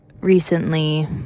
recently